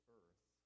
earth